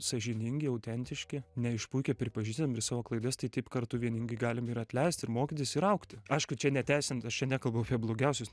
sąžiningi autentiški neišpuikę pripažįstam ir savo klaidas tai taip kartu vieningai galim ir atleist ir mokytis ir augti aišku čia neteisint aš čia nekalbu apie blogiausius